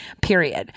Period